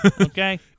okay